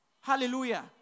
Hallelujah